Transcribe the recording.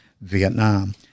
Vietnam